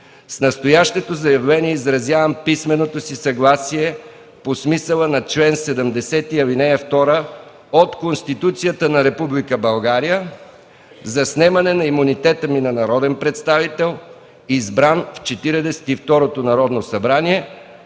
с настоящото заявление изразявам писменото си съгласие по смисъла на чл. 70, ал. 2 от Конституцията на Република България за снемане на имунитета ми на народен представител, избран в Четиридесет